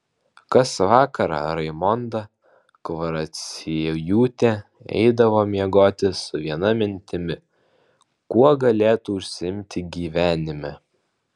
kas vakarą raimonda kvaraciejūtė eidavo miegoti su viena mintimi kuo galėtų užsiimti gyvenime